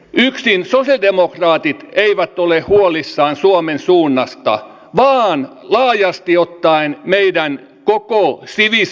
yksin sosialidemokraatit eivät ole huolissaan suomen suunnasta vaan laajasti ottaen meidän koko sivistyneistömme